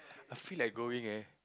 I feel like going leh